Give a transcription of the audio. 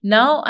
Now